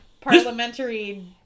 parliamentary